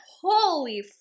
holy